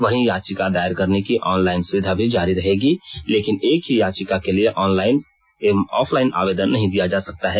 वहीं याचिका दायर करने की ऑनलाइन सुविधा भी जारी रहेगी लेकिन एक ही याचिका के लिए ऑनलाइन एवं ऑफलाइन आवेदन नहीं दिया सकता है